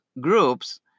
groups